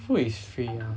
food is free uh